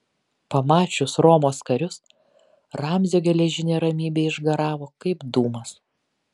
pamačius romos karius ramzio geležinė ramybė išgaravo kaip dūmas